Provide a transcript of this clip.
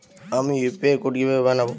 আমি UPI code কিভাবে বানাব?